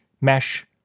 mesh